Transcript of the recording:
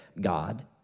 God